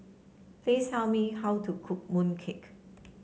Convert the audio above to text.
please tell me how to cook mooncake